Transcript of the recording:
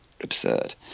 absurd